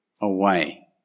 away